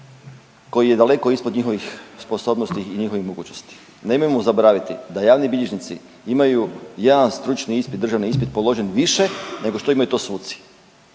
koji je daleko ispod njihovih sposobnosti i njihovih mogućnosti. Nemojmo zaboraviti da javni bilježnici imaju jedan stručni ispit, državni ispit položen više nego što imaju to suci.